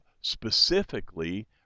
specifically